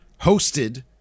hosted